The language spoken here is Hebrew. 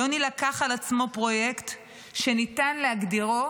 יוני לקח על עצמו פרויקט שניתן להגדירו